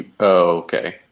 Okay